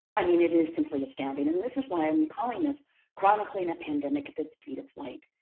i mean, it is simply astounding, and this is why i'm calling this chronicling a pandemic at the speed of light.